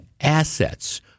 assets